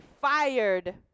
fired